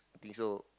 think so